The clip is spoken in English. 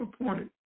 appointed